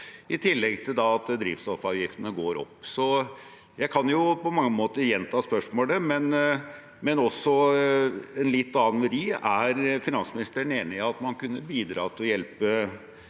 i tillegg til at drivstoffavgiftene går opp. Så jeg kan på mange måter gjenta spørsmålet, men med en litt annen vri: Er finansministeren enig i at man kunne bidra til å hjelpe